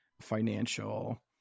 financial